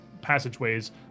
passageways